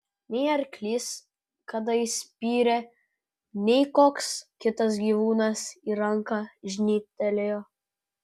nei arklys kada įspyrė nei koks kitas gyvūnas į ranką žnybtelėjo